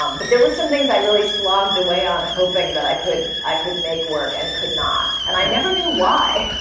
um but there were some things that i really slogged away on hoping that i could i could make work and could not. and i never knew why.